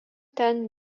ten